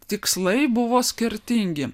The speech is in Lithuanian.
tikslai buvo skirtingi